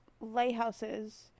lighthouses